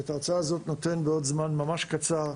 את ההרצאה הזאת נותן בעוד זמן ממש קצר,